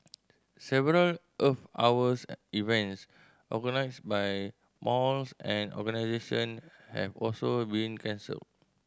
several Earth Hours events organised by malls and organisation have also been cancelled